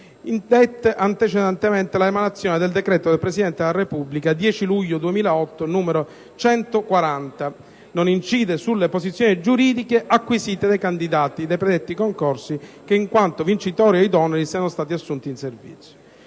indette antecedentemente all'emanazione del regolamento di cui al decreto del Presidente della Repubblica 10 luglio 2008, n. 140, non incide sulle posizioni giuridiche acquisite dai candidati dei predetti concorsi che in quanto vincitori o idonei siano stati assunti in servizio».